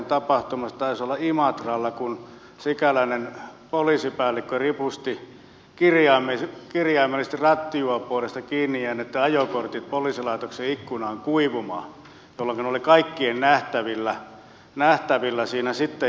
taisi olla imatralla kun sikäläinen poliisipäällikkö ripusti kirjaimellisesti rattijuoppoudesta kiinni jääneitten ajokortit poliisilaitoksen ikkunaan kuivumaan jolloinka ne olivat kaikkien nähtävillä siinä sitten